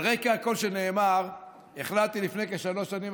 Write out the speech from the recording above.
על רקע כל שנאמר החלטתי לפני כשלוש שנים,